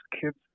kids